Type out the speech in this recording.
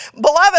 Beloved